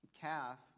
calf